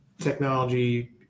technology